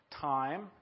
time